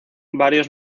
varios